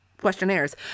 questionnaires